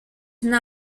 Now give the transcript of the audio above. une